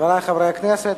חברי חברי הכנסת,